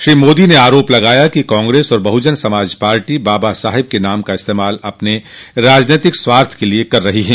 श्री मोदी ने आरोप लगाया कि कांग्रेस और बहुजन समाज पार्टी बाबा साहब के नाम का इस्तेमाल अपने राजनैतिक स्वार्थ के लिये कर रही हैं